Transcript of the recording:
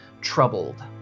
troubled